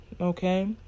Okay